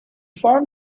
farm